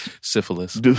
Syphilis